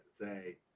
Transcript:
say